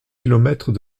kilomètres